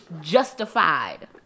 justified